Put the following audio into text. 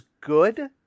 good